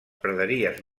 praderies